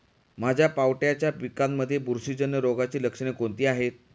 माझ्या पावट्याच्या पिकांमध्ये बुरशीजन्य रोगाची लक्षणे कोणती आहेत?